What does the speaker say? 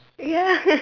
ya